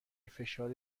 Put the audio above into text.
فشار